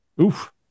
Oof